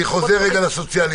אני חוזר לרגע לשירותים הסוציאליים,